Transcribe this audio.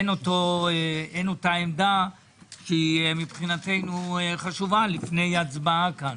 אין את אותה עמדה שמבחינתו היא חשובה לפני ההצבעה כאן.